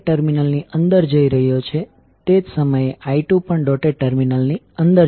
તેથી ફરીથી KVL નો ઉપયોગ કરીને તમે સર્કિટ્સને સોલ્વ કરી શકો છો જ્યાં તમને આ પ્રકારના ચુંબકીય રીતે જોડાયેલા કોઇલ દેખાય છે